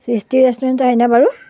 সৃষ্টি ৰেষ্টুৰেণ্ট হয়নে বাৰু